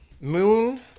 Moon